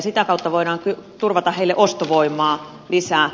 sitä kautta voidaan turvata heille ostovoimaa lisää